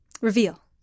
Reveal